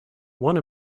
one